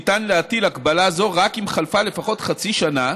ניתן להטיל הגבלה זו רק אם חלפה לפחות חצי שנה,